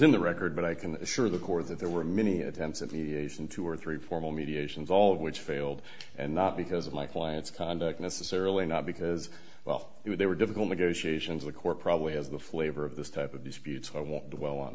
in the record but i can assure the core that there were many attempts at mediation two or three formal mediations all of which failed and not because of my client's conduct necessarily not because they were difficult negotiations the court probably has the flavor of this type of disputes i won't dwell on